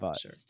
sure